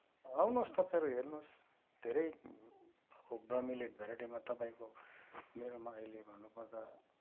आउनुहोस् तपाईँहरू हेर्नुहोस् धेरै ब्रोमिलियड भेराइटीमा तपाईँको मेरोमा अहिले भन्नुपर्दा